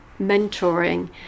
mentoring